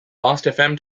lastfm